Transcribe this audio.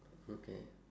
okay